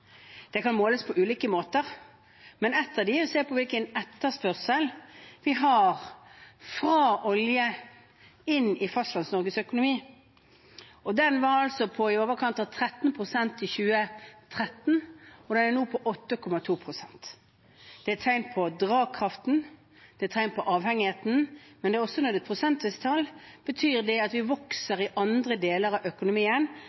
Det kan måles på ulike måter, men en av dem er å se på hvilken etterspørsel vi har fra olje inn i Fastlands-Norges økonomi. Den var på i overkant av 13 pst. i 2013, og den er nå på 8,2 pst. Det er tegn på drakraften, det er tegn på avhengigheten, men når det er prosentvise tall, betyr det at vi vokser i andre deler av økonomien,